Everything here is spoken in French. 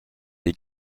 des